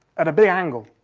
at a big angle.